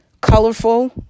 colorful